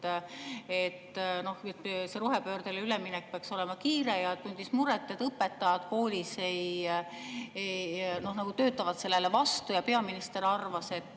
et rohepöördele üleminek peaks olema kiire, ja tundis muret, et õpetajad koolis nagu töötavad sellele vastu. Ja peaminister arvas, et